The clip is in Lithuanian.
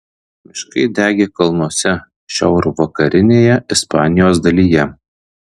miškai degė kalnuose šiaurvakarinėje ispanijos dalyje